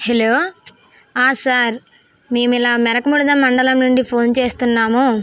hello ఆ sir మేము ఇలా మెరకముడిద మండలం నుండి ఫోన్ చేస్తున్నాము